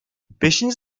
beşinci